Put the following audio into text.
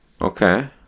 Okay